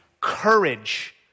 courage